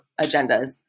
agendas